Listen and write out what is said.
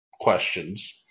questions